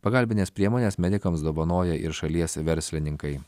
pagalbines priemones medikams dovanoja ir šalies verslininkai